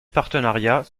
partenariats